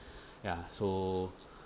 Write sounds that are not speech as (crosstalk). (breath) ya so (breath)